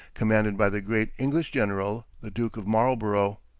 commanded by the great english general, the duke of marlborough.